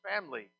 family